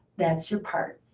that's your part.